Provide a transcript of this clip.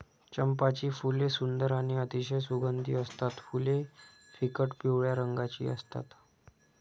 चंपाची फुले सुंदर आणि अतिशय सुगंधी असतात फुले फिकट पिवळ्या रंगाची असतात